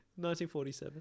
1947